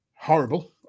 horrible